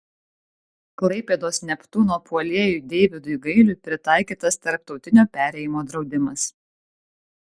klaipėdos neptūno puolėjui deividui gailiui pritaikytas tarptautinio perėjimo draudimas